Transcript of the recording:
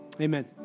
Amen